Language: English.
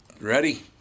Ready